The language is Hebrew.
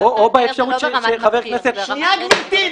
או באפשרות שחבר הכנסת ------ גברתי,